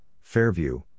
Fairview